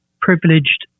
privileged